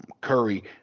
Curry